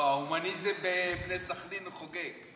לא, ההומניזם בבני סח'נין חוגג.